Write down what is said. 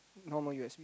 normal U_S_B